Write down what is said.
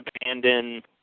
abandon